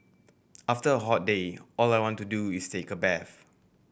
after a hot day all I want to do is take a bath